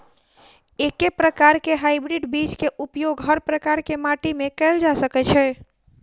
एके प्रकार केँ हाइब्रिड बीज केँ उपयोग हर प्रकार केँ माटि मे कैल जा सकय छै?